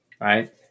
right